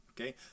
okay